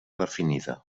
definida